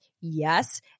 Yes